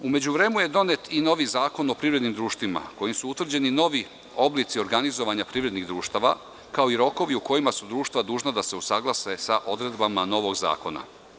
U međuvremenu je donet i novi Zakon o privrednim društvima, kojim su utvrđeni novi oblici organizovanja privrednih društava, kao i rokovi u kojima su društva dužna da se usaglase sa odredbama novog zakona.